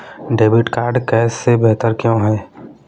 Debit card cash से बेहतर क्यों है?